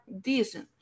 decent